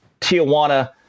Tijuana